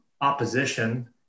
opposition